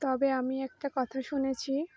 তবে আমি একটা কথা শুনেছি